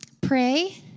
pray